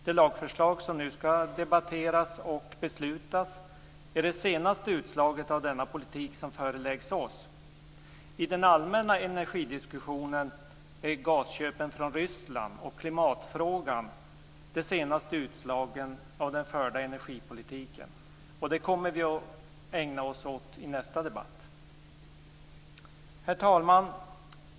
Det lagförslag som nu skall debatteras och beslutas om är det senaste utslaget av denna politik som föreläggs oss. I den allmänna energidiskussionen är gasköpen från Ryssland och klimatfrågan de senaste utslagen av den förda energipolitiken. Detta kommer vi att ägna oss åt i nästa debatt. Herr talman!